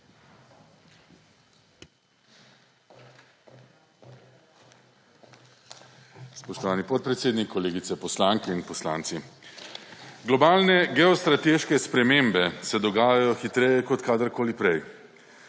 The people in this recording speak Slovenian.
Spoštovani podpredsednik, kolegice poslanke in poslanci! Globalne geostrateške spremembe se dogajajo hitreje kot kadarkoli prej.